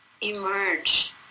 emerge